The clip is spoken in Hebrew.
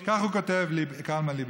כך הוא כותב, קלמן ליבסקינד: